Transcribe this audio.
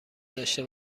داشته